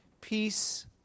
Peace